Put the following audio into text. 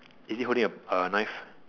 is he holding a a knife